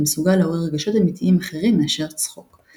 המסוגל לעורר רגשות אמיתיים אחרים מאשר צחוק.